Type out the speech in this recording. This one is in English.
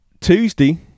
Tuesday